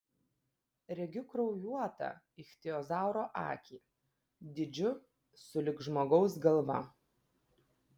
regiu kraujuotą ichtiozauro akį dydžiu sulig žmogaus galva